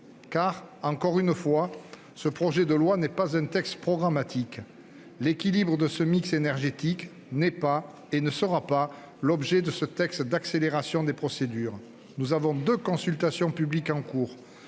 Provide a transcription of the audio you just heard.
fois encore, ce projet de loi n'est pas un texte programmatique ; l'équilibre de ce mix énergétique n'est pas- et ne sera pas -l'objet de ce texte d'accélération des procédures. Deux consultations publiques sont en cours.